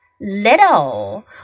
Little